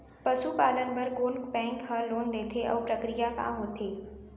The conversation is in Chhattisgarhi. पसु पालन बर कोन बैंक ह लोन देथे अऊ प्रक्रिया का होथे?